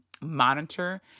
monitor